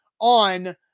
on